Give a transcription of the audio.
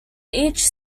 each